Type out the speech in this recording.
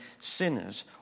sinners